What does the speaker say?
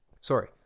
Sorry